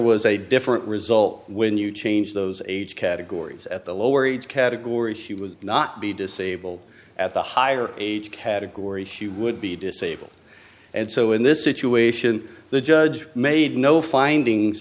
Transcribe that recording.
was a different result when you change those age categories at the lower age category she would not be disabled at the higher age category she would be disabled and so in this situation the judge made no findings